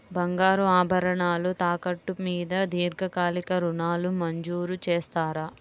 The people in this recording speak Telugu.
బంగారు ఆభరణాలు తాకట్టు మీద దీర్ఘకాలిక ఋణాలు మంజూరు చేస్తారా?